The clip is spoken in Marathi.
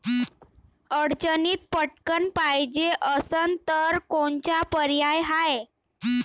अडचणीत पटकण पायजे असन तर कोनचा पर्याय हाय?